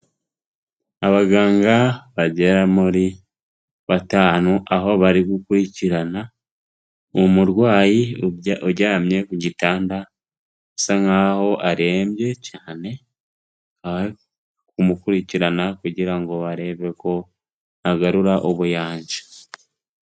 Abaganga bagera muri batanu,, aho bari gukurikirana umurwayi uryamye ku gitanda asa nk'aho arembye cyane, bakaba bari kumukurikirana kugira ngo barebe ko agarura ubuyanja.